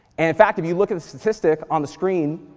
and in fact, if you look at the statistic on the screen,